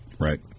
Right